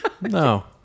No